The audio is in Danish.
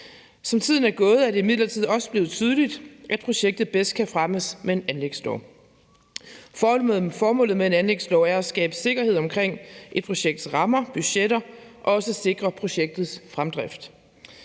Som tiden er gået, er det imidlertid også blevet tydeligt, at projektet bedst kan fremmes med en anlægslov. Formålet med en anlægslov er at skabe sikkerhed omkring et projekts rammer og budgetter og også sikre projektets fremdrift.